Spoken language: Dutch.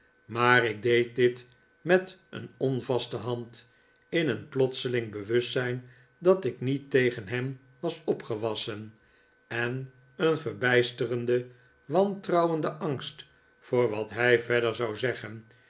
maar ik deed dit met een onvaste hand in een plotseling bewustzijn dat ik niet tegen hem was opgewassen en een verbijsterenden wantrouwenden angst voor wat hij verder zou zeggen